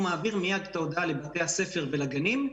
הוא מעביר מייד את ההודעה לבתי הספר ולגנים.